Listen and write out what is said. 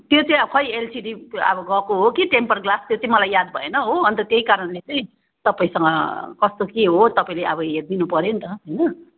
त्यो चाहिँ अब खै एलसिडी अब गएको हो कि टेम्पर ग्लास त्यो चाहिँ मलाई याद भएन हो अन्त त्यही कारणले चाहिँ तपाईँसँग कस्तो के हो तपाईँले अब हेरिदिनु पर्यो नि त होइन